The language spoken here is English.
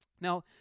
Now